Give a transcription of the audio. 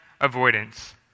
avoidance